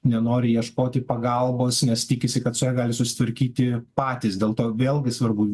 nenori ieškoti pagalbos nes tikisi kad su ja gali susitvarkyti patys dėl to vėlgi svarbu